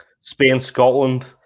Spain-Scotland